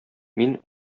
мин